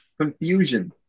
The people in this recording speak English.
confusion